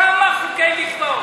כמה חוקי מקוואות?